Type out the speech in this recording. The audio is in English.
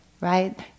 right